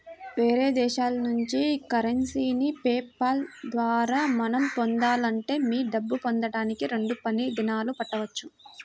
వేరే దేశాల నుంచి కరెన్సీని పే పాల్ ద్వారా మనం పొందాలంటే మీ డబ్బు పొందడానికి రెండు పని దినాలు పట్టవచ్చు